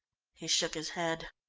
he shook his head.